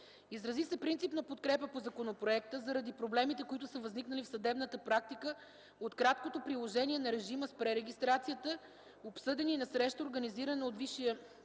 Изрази се принципна подкрепа по законопроекта заради проблемите, които са възникнали в съдебната практика от краткото приложение на режима с прерeгистрацията, обсъдени на среща, организирана от Висшия съдебен